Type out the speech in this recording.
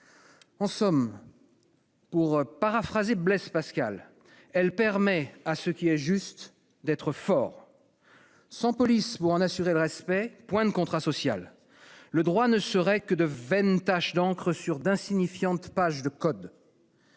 En somme, pour paraphraser Blaise Pascal, elle permet à ce qui est juste d'être fort. Sans police pour en assurer le respect, point de contrat social : le droit ne serait que de vaines taches d'encre sur d'insignifiantes pages de codes.